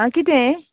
आं कितें